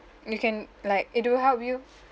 you can like it will help you